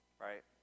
right